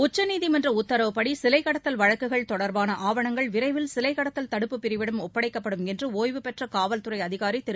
உச்சநீதிமன்ற உத்தரவுப்படி சிலை கடத்தல் வழக்குகள் தொடர்பான ஆவணங்கள் விரைவில் சிலை கடத்தல் தடுப்புப் பிரிவிடம் ஒப்படைக்கப்படும் என்று ஒய்வு பெற்ற காவல்துறை அதிகாரி திரு